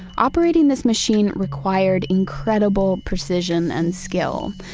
operating this machine required incredible precision and skill.